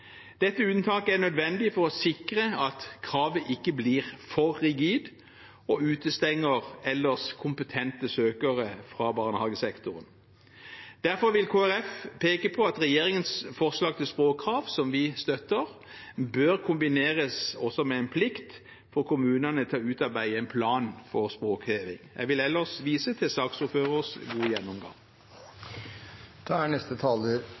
Dette unntaket er nødvendig for å sikre at kravet ikke blir for rigid og utestenger ellers kompetente søkere fra barnehagesektoren. Derfor vil Kristelig Folkeparti peke på at regjeringens forslag til språkkrav, som vi støtter, bør kombineres med en plikt for kommunene til å utarbeide en plan for språkheving. Jeg vil ellers vise til saksordførerens gode gjennomgang. Språk er